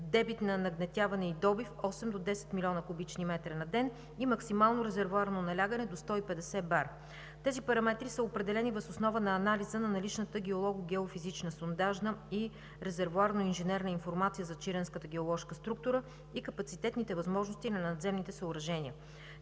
дебит на нагнетяване и добив 8 до 10 млн. куб. м на ден и максимално резервоарно налягане до 150 бара. Тези параметри са определени въз основа на анализ на наличната геолого-геофизична сондажна и резервоарно-инженерна информация за Чиренската геоложка структура и капацитетните възможности на надземните съоръжения.